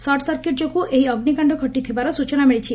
search circuit ଯୋଗୁଁ ଏହି ଅଗିକାଣ୍ଡ ଘଟିଥିବାର ସ୍ଟଚନା ମିଳିଛି